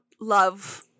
love